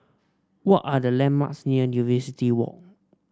what are the landmarks near Walk